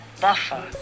buffer